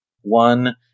one